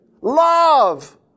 Love